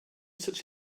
such